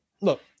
look